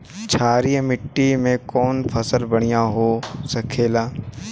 क्षारीय मिट्टी में कौन फसल बढ़ियां हो खेला?